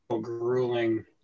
grueling